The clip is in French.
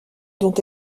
dont